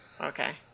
Okay